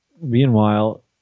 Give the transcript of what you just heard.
meanwhile